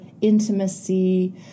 intimacy